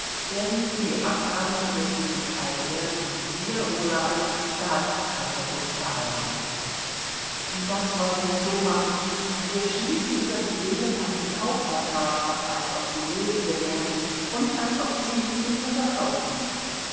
werden sie die abgaben für sie alljährlich mir oder an die staatskasse bezahlen das wollen wir so machen wir schließen über die seelen einen kaufvertrag ab als ob sie lebende wären und als ob sie sie mir verkauften